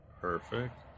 perfect